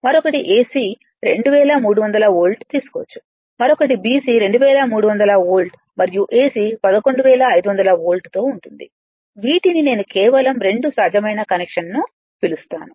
మరొకటి AC 2300 volt తీసుకోవచ్చు మరొకటి BC 2300 వోల్ట్ మరియు AC 11500 వోల్ట్తో ఉంటుంది వీటిని నేను కేవలం 2 సాధ్యమైన కనెక్షన్ను పిలుస్తాను